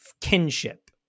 kinship